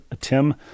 Tim